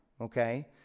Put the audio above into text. okay